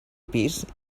pis